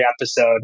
episode